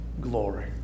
glory